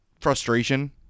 frustration